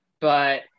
But-